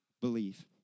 believe